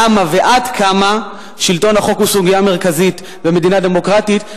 למה ועד כמה שלטון החוק הוא סוגיה מרכזית במדינה דמוקרטית,